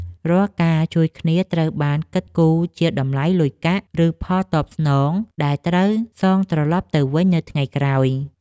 រាល់ការជួយគ្នាត្រូវបានគិតគូរជាតម្លៃលុយកាក់ ឬផលតបស្នងដែលត្រូវសងត្រលប់ទៅវិញនៅថ្ងៃក្រោយ។